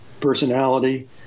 personality